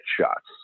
shots